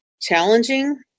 challenging